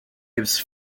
gives